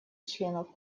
членов